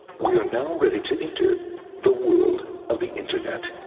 we are now ready to enter the world of the internet,